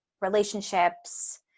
relationships